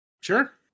Sure